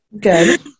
Good